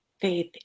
faith